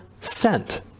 scent